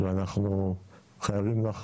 ואנחנו חייבים לך